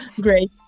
Great